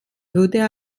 würde